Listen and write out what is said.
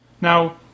Now